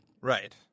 Right